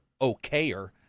okayer